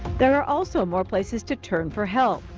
there are also more places to turn for help.